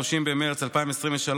30 במרץ 2023,